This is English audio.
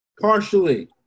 Partially